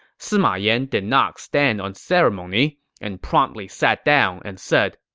sima yan did not stand on ceremony and promptly sat down and said,